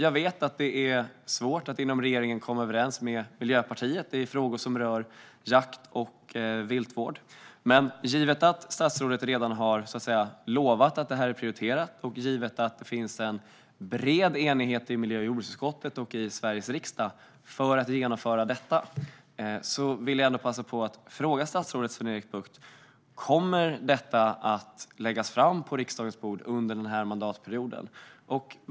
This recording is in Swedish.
Jag vet att det är svårt att inom regeringen komma överens med Miljöpartiet i frågor som rör jakt och viltvård. Men givet att statsrådet redan har lovat att detta är prioriterat, och givet att det finns en bred enighet i miljö och jordbruksutskottet och i Sveriges riksdag för att genomföra detta, vill jag ändå passa på att fråga statsrådet Sven-Erik Bucht: Kommer detta att läggas fram på riksdagens bord under denna mandatperiod?